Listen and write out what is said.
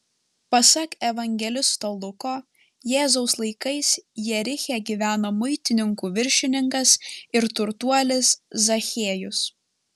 pasak evangelisto luko jėzaus laikais jeriche gyveno muitininkų viršininkas ir turtuolis zachiejus